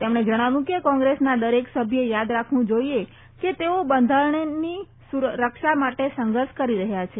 તેમણે જણાવ્યું કે કોંગ્રેસના દરેક સભ્યે યાદ રાખવું જોઈએ કે તેઓ બંધારણનીરક્ષા માટે સંઘર્ષ કરી રહયાં છે